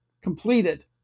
completed